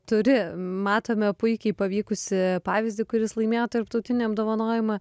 turi matome puikiai pavykusį pavyzdį kuris laimėjo tarptautinį apdovanojimą